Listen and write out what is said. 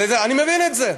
אני מבין את זה.